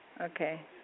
Okay